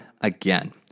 again